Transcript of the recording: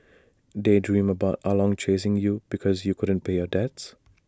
daydream about ah long chasing you because you couldn't pay your debts